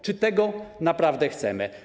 Czy tego naprawdę chcemy?